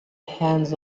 hands